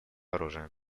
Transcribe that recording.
оружия